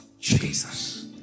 Jesus